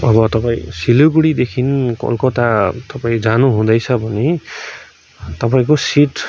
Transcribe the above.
अब तपाईँ सिलगढीदेखि कलकत्ता तपाईँ जानु हुँदैछ भने तपाईँको सिट